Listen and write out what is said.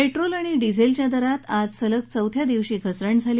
petrol आणि डिझल्विया दरात आज सलग चौथ्या दिवशी घसरण झाली